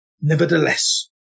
Nevertheless